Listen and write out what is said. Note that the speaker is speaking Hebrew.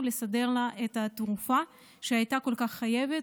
לסדר לה את התרופה שהיא הייתה חייבת,